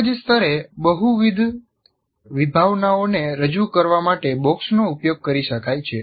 એક જ સ્તરે બહુવિધ વિભાવનાઓને રજૂ કરવા માટે બોક્સનો ઉપયોગ કરી શકાય છે